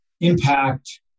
impact